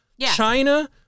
China